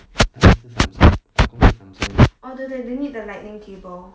他的是 samsung 阿公是 samsung 的